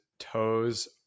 Toes